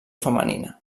femenina